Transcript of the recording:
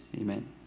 Amen